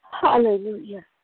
Hallelujah